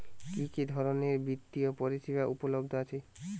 কি কি ধরনের বৃত্তিয় পরিসেবা উপলব্ধ আছে?